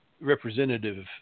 representative